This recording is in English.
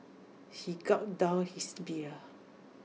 he gulped down his beer